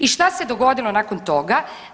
I šta se dogodilo nakon toga?